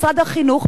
משרד החינוך,